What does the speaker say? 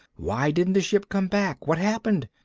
why didn't the ship come back? what happened?